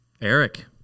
Eric